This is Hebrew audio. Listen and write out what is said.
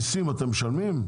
מסים אתם משלמים?